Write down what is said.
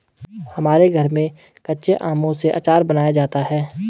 हमारे घर में कच्चे आमों से आचार बनाया जाता है